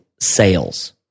sales